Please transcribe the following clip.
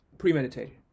premeditated